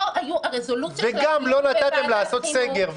זו הייתה הרזולוציה --- וגם לא נתתם לעשות סגר.